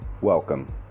welcome